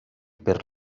per